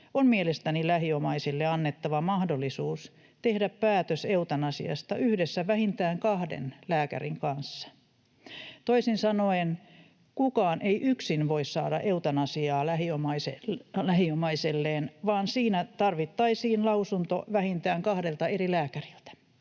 on mielestäni lähiomaisille annettava mahdollisuus tehdä päätös eutanasiasta yhdessä vähintään kahden lääkärin kanssa. Toisin sanoen: kukaan ei yksin voi saada eutanasiaa lähiomaiselleen, vaan siinä tarvittaisiin lausunto vähintään kahdelta eri lääkäriltä.